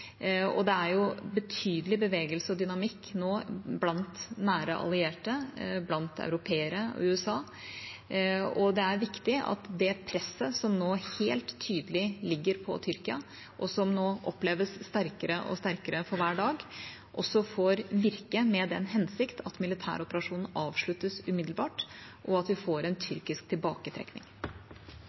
Det er nå betydelig bevegelse og dynamikk blant nære allierte, blant europeere og USA, og det er viktig at det presset som nå helt tydelig ligger på Tyrkia, og som oppleves sterkere og sterkere for hver dag, også får virke – med den hensikt at militæroperasjonen avsluttes umiddelbart, og at vi får en tyrkisk tilbaketrekning.